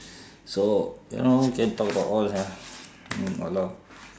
so you know we can talk about all ya